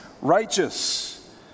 righteous